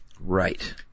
Right